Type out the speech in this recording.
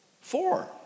Four